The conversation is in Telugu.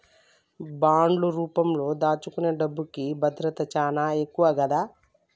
బాండ్లు రూపంలో దాచుకునే డబ్బుకి భద్రత చానా ఎక్కువ గదా